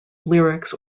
lyrics